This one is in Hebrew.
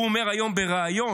הוא אומר היום בריאיון,